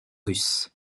russe